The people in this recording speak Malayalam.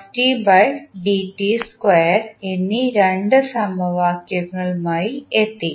ഈ 2 സമവാക്യങ്ങളുമായി എത്തി